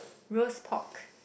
roast pork